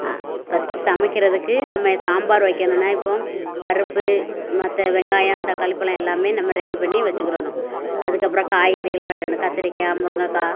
first சமைக்கிறதுக்கு நம்ப சாம்பார் வைக்கணும்னா இப்போது பருப்பு மற்ற வெங்காயம் தக்காளி பழம் எல்லாமே நம்ப ரெடி பண்ணி வச்சிக்கிடணும் அதுக்கப்புறம் காய்கறிகளெலாம் வெட்டணும் கத்திரிக்காய் முருங்கக்காய்